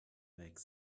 make